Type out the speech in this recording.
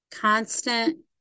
constant